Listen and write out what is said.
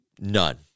None